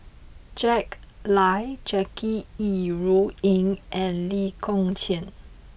Jack Lai Jackie Yi Ru Ying and Lee Kong Chian